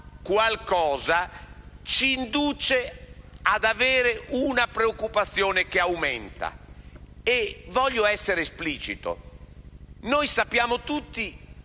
qualcosa ci induce ad avere una preoccupazione che aumenta. Voglio essere esplicito. Noi tutti